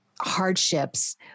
hardships